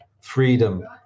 freedom